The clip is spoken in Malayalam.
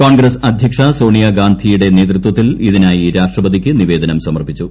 കോൺഗ്രസ് അദ്ധ്യക്ഷ സോണിയാ ഗാന്ധിയുടെ നേതൃത്വത്തിൽ ഇതിനായി രാഷ്ട്രപതിക്ക് നിവേദനം സമർപ്പിച്ചു